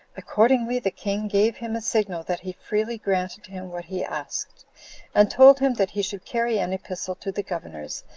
accordingly, the king gave him a signal that he freely granted him what he asked and told him that he should carry an epistle to the governors,